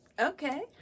Okay